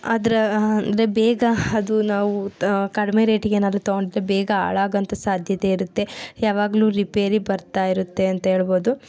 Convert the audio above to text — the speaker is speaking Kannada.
ಆದರೆ ಅಂದರೆ ಬೇಗ ಅದು ನಾವು ಕಡಿಮೆ ರೇಟಿಗೇನಾದರೂ ತಗೊಂಡ್ರೆ ಬೇಗ ಹಾಳಾಗುವಂಥ ಸಾಧ್ಯತೆ ಇರುತ್ತೆ ಯಾವಾಗಲೂ ರಿಪೇರಿ ಬರ್ತಾಯಿರುತ್ತೆ ಅಂತ ಹೇಳ್ಬೋದು